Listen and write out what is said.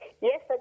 Yes